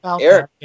Eric